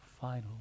final